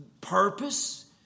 purpose